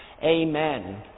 Amen